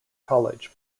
college